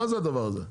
מה זה הדבר הזה?